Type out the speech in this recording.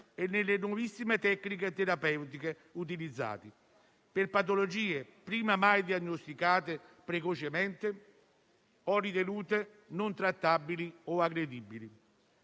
e nelle nuovissime tecniche terapeutiche utilizzate per patologie prima mai diagnosticate precocemente o ritenute non trattabili o aggredibili.